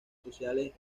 sociales